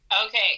Okay